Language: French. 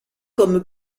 comme